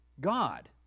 God